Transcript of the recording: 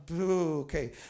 Okay